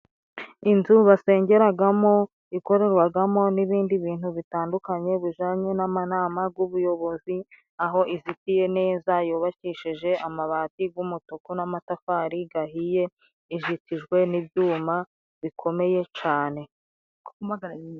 Inzu basengeragamo, ikoregwagamo n'ibindi bintu bitandukanye bijanye n'amanama g'ubuyobozi, aho izitiye neza, yubakishije amabati g'umutuku n'amatafari gahiye, izitijwe n'ibyuma bikomeye cane.